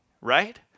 right